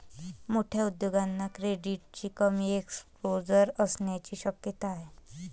मोठ्या उद्योगांना क्रेडिटचे कमी एक्सपोजर असण्याची शक्यता आहे